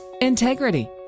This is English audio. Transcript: integrity